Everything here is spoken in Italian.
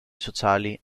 sociali